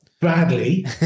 badly